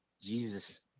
Jesus